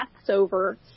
Passover